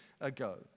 ago